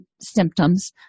symptoms